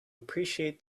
appreciate